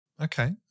Okay